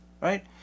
right